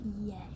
Yes